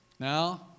Now